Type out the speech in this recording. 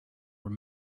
were